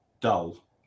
Dull